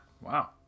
Wow